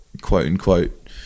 quote-unquote